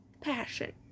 Passion